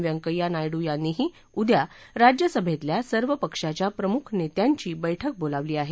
व्यंकय्या नायडू यांनीही उद्या राज्यसभेतल्या सर्व पक्षाच्या प्रमुख नेत्यांची बैठक बोलावली आहे